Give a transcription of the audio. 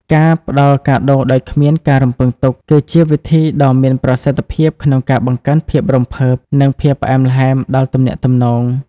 ការផ្ដល់កាដូដោយគ្មានការរំពឹងទុក គឺជាវិធីដ៏មានប្រសិទ្ធភាពក្នុងការបង្កើនភាពរំភើប និងភាពផ្អែមល្ហែមដល់ទំនាក់ទំនង។